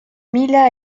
mila